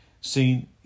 seen